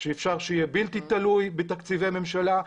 שאפשר שיהיה בלתי תלוי בתקציבי ממשלה.